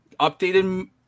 updated